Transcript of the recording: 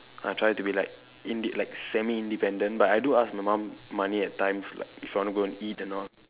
I try to be like inde~ like semi independent but I do ask my mum money at times like if I want to go eat and all